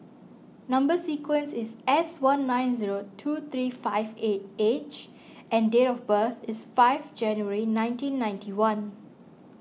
Number Sequence is S one nine zero two three five eight H and date of birth is five January nineteen ninety one